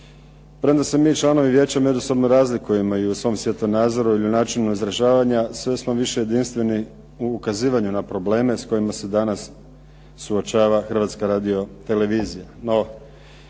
Premda se mi članovi vijeća međusobno razlikujemo i u svom svjetonazoru i u načinu izražavanja sve smo više jedinstveni u ukazivanju na probleme s kojima se danas suočava Hrvatska radio-televizija.